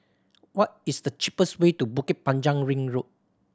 what is the cheapest way to Bukit Panjang Ring Road